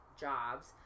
jobs